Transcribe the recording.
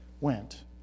went